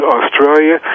Australia